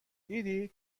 دیدید